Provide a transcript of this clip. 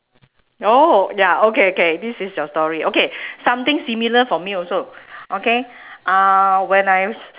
!whoa! ya okay K this is your story okay something similar for me also okay uh when I